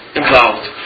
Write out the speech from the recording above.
involved